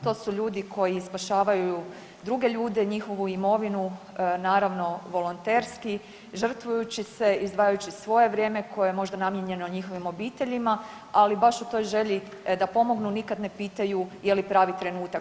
To su ljudi koji spašavaju druge ljude, njihovu imovinu, naravno volonterski, žrtvujući se, izdvajajući svoje vrijeme koje je možda namijenjeno njihovim obiteljima, ali baš u toj želji da pomognu nikad ne pitaju je li pravi trenutak.